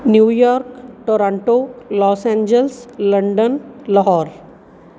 New York Toronto Los Angeles London Lahore